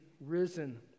risen